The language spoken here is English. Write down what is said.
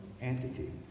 entity